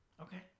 Okay